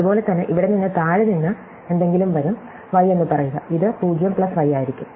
അതുപോലെ തന്നെ ഇവിടെ നിന്ന് താഴെ നിന്ന് എന്തെങ്കിലും വരും y എന്ന് പറയുക ഇത് 0 y ആയിരിക്കും